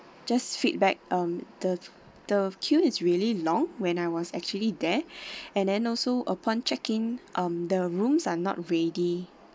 just feedback on the the queue is really long when I was actually there and then also upon check in um the rooms are not ready